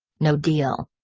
no deal.